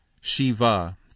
Shiva